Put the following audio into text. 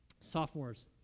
Sophomores